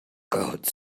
code